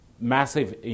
massive